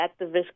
activist